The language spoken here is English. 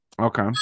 Okay